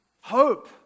Hope